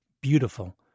beautiful